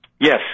Yes